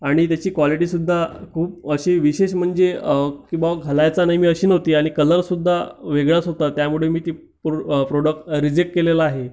आणि त्याची क्वालिटीसुद्धा खूप अशी विशेष म्हणजे की बा घालायचा नाही मी अशी नव्हती आणि कलरसुद्धा वेगळाच होता त्यामुळे मी ते प्रोडक्ट रिजेक्ट केलेला आहे